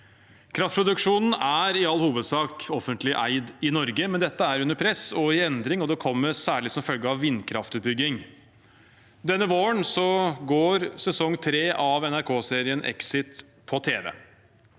Kraftproduksjonen er i all hovedsak offentlig eid i Norge, men dette er under press og i endring, og det kommer særlig som følge av vindkraftutbygging. Denne våren går sesong 3 av NRK-serien Exit på tv.